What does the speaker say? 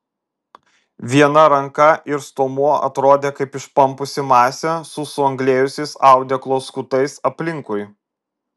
viena ranka ir stuomuo atrodė kaip išpampusi masė su suanglėjusiais audeklo skutais aplinkui